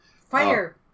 Fire